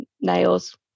nails